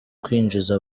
kwinjiza